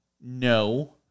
No